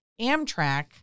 Amtrak